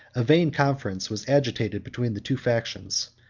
a vain conference was agitated between the two factions.